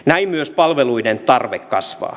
näin myös palveluiden tarve kasvaa